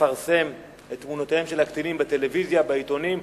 לפרסם את תמונותיהם של הקטינים בטלוויזיה ובעיתונים.